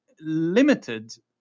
limited